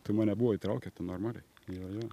tai mane buvo įtraukę ten normali jo jo